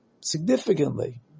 significantly